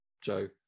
joe